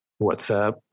WhatsApp